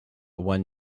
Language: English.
one